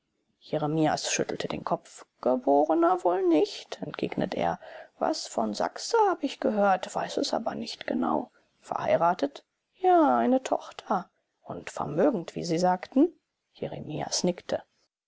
jeremias schüttelte den kopf geborener wohl nicht entgegnete er was von sachse habe ich gehört weiß es aber nicht genau verheiratet ja eine tochter und vermögend wie sie sagten jeremias nickte